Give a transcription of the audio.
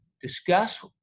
discuss